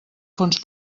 fons